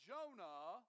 Jonah